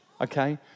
okay